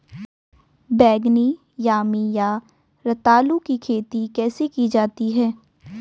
बैगनी यामी या रतालू की खेती कैसे की जाती है?